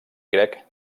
crec